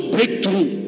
Breakthrough